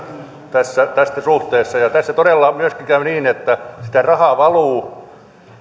tässä suhteessa tässä todella myöskin käy niin että sitä rahaa valuu